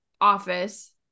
office